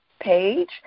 page